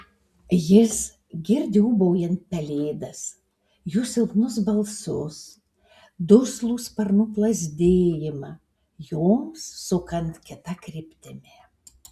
jis girdi ūbaujant pelėdas jų silpnus balsus duslų sparnų plazdėjimą joms sukant kita kryptimi